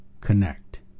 connect